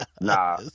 Nah